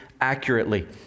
accurately